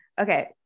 Okay